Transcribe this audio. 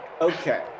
Okay